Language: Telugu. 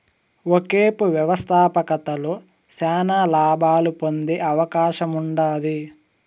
ఒకేపు వ్యవస్థాపకతలో శానా లాబాలు పొందే అవకాశముండాది